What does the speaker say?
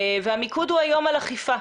והמיקוד היום הוא על אכיפה.